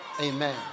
Amen